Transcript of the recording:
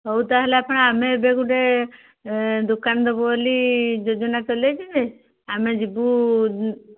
ହଉ ତା'ହେଲେ ଆପଣ ଆମେ ଏବେ ଗୋଟେ ଦୋକାନ ଦେବୁ ବୋଲି ଯୋଜନା ଚଲେଇଛୁ ଯେ ଆମେ ଯିବୁ